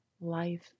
life